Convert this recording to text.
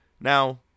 Now